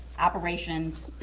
operations,